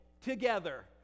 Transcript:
together